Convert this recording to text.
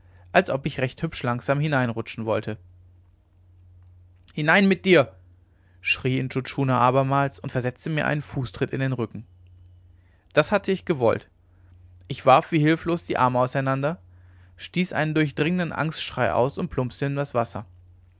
als ob ich recht hübsch langsam hineinrutschen wolle hinein mit dir schrie intschu tschuna abermals und versetzte mir einen fußtritt in den rücken das hatte ich gewollt ich warf wie hilflos die arme auseinander stieß einen durchdringenden angstschrei aus und plumpste in das wasser